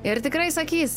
ir tikrai sakys